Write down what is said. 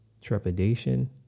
trepidation